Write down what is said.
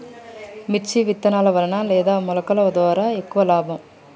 మిర్చి విత్తనాల వలన లేదా మొలకల ద్వారా ఎక్కువ లాభం?